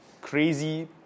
crazy